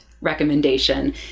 recommendation